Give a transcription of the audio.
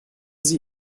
sie